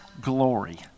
glory